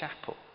Chapel